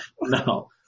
No